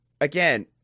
Again